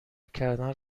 کردن